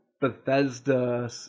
Bethesda